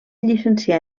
llicencià